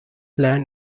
land